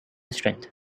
strength